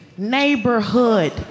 neighborhood